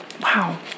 wow